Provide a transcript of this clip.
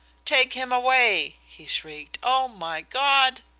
take him away! he shrieked. oh, my god!